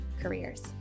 careers